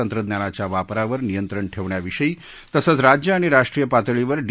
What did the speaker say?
तंत्रज्ञानाच्या वापरावर नियंत्रण ठेवण्याविषयी तसंच राज्य आणि राष्ट्रीय पातळीवर डी